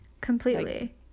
completely